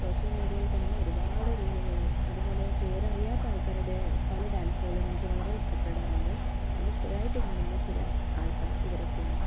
social മീഡിയയിൽ തന്നെ ഒരുപാട് റീലുകളും അതുപോലെ പേരറിയാത്ത ആൾക്കാരുടെ പല ഡാൻസുകളും എനിക്ക് വളരെ ഇഷ്ടപ്പെടാറുണ്ട് അതിൽ സ്ഥിരമായിട്ട് കാണുന്ന ചില ആൾക്കാർ ഇവരൊക്കെയാണ്